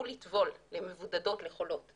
שיאפשרו למבודדות ולחולות לטבול.